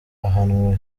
ahanwa